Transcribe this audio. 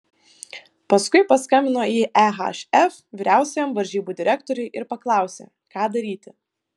paskui paskambino į ehf vyriausiajam varžybų direktoriui ir paklausė ką daryti